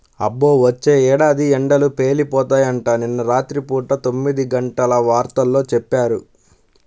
అబ్బో, వచ్చే ఏడాది ఎండలు పేలిపోతాయంట, నిన్న రాత్రి పూట తొమ్మిదిగంటల వార్తల్లో చెప్పారు